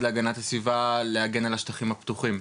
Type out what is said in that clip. להגנת הסביבה להגן על השטחים הפתוחים,